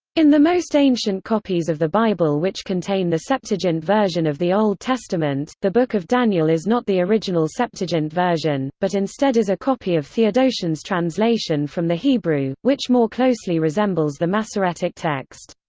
in the most ancient copies of the bible which contain the septuagint version of the old testament, the book of daniel is not the original septuagint version, but instead is a copy of theodotion's translation from the hebrew, which more closely resembles the masoretic text.